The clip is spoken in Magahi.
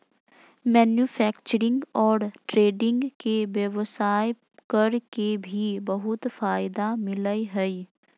मैन्युफैक्चरिंग और ट्रेडिंग के व्यवसाय कर के भी बहुत फायदा मिलय हइ